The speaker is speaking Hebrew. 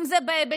אם זה בהיבטים